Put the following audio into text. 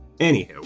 Anywho